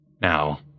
Now